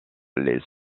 les